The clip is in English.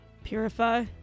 Purify